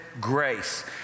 grace